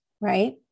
right